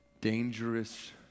dangerous